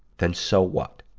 then, so what?